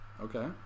Okay